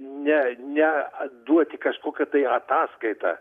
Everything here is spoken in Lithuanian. ne ne duoti kažkokią tai ataskaitą